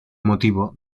motivo